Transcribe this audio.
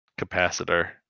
Capacitor